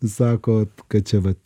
sako kad čia vat